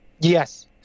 Yes